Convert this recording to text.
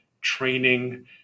training